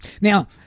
Now